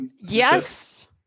Yes